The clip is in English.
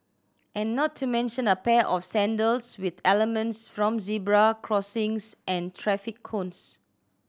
and not to mention a pair of sandals with elements from zebra crossings and traffic cones